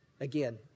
again